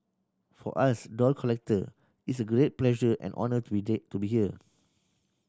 for us doll collector it's a great pleasure and honour to be there to be here